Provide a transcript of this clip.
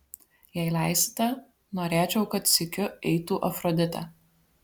jei leisite norėčiau kad sykiu eitų afroditė